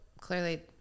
clearly